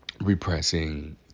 repressing